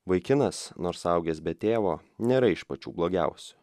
vaikinas nors augęs be tėvo nėra iš pačių blogiausių